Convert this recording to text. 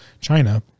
China